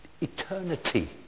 eternity